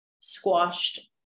squashed